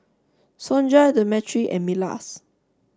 Sonja Demetri and Milas